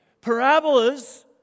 parabolas